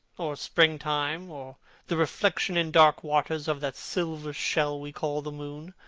or spring-time, or the reflection in dark waters of that silver shell we call the moon.